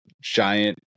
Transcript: Giant